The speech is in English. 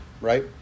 right